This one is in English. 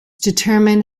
determine